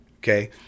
okay